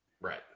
right